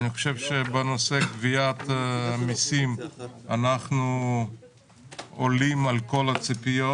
אני חושב שבנושא גביית מיסים אנחנו עולים על כל הציפיות.